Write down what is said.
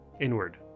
Inward